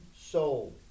soul